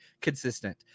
consistent